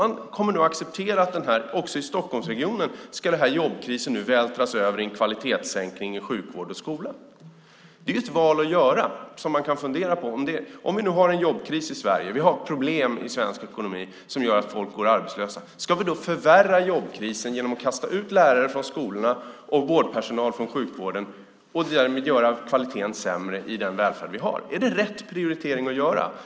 Man accepterar att jobbkrisen nu vältras över i en kvalitetssänkning inom sjukvård och skola också i Stockholmsregionen. Det är val som man kan fundera på: Om vi nu har en jobbkris i Sverige, om vi har problem i svensk ekonomi som gör att folk går arbetslösa, ska vi då förvärra jobbkrisen genom att kasta ut lärare från skolorna och vårdpersonal från sjukvården och därmed göra kvaliteten sämre i den välfärd vi har? Är det rätt prioritering att göra?